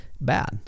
bad